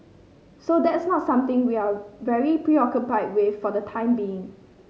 so that's not something we are very preoccupied with for the time being